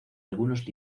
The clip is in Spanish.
algunos